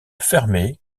fermée